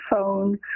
phone